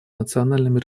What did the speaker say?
национальными